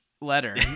letter